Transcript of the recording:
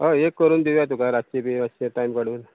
हय एक करून दिवया तुका रातचे बी मातशें टायम काडून